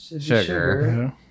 Sugar